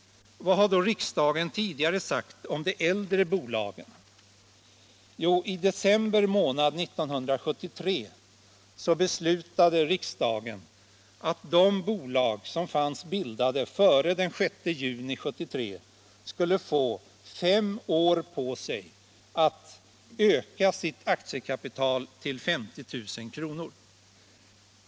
Vad har då riksdagen tidigare sagt om de äldre bolagen? Jo, i december månad 1973 beslöt riksdagen att de bolag som fanns bildade före den 6 juni 1973 skulle få fem år på sig att öka sitt aktiekapital till 50 000 kr.